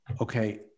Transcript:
Okay